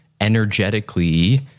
energetically